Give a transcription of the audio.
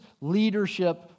leadership